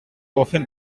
often